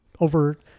over